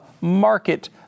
market